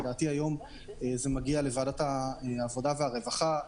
לדעתי היום זה מגיע לוועדת העבודה והרווחה,